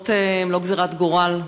תאונות הן לא גזירת גורל,